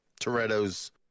Toretto's